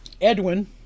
Edwin